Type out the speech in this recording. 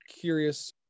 curious